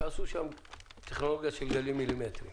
שיעשו שם טכנולוגיה של גלים מילימטריים.